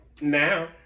Now